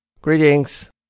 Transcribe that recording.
Greetings